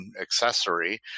accessory